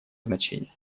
значение